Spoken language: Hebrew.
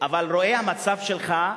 אבל רואה את המצב שלך,